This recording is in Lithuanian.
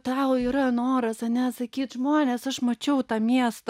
tau yra noras ane sakyt žmonės aš mačiau tą miestą